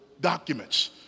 documents